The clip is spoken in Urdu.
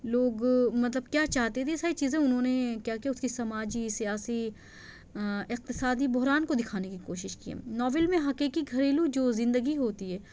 لوگ مطلب کیا چاہتے تھے یہ ساری چیزیں اُنہوں نے کیا کیا اُس کی سماجی سیاسی اقتصادی بحران کو دکھانے کی کوشش کی ہے ناول میں حقیقی گھریلو جو زندگی ہوتی ہے